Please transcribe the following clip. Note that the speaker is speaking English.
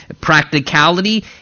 practicality